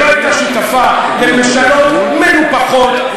שלא הייתה שותפה בממשלות מנופחות,